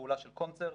לפעולה של 'קונצרט',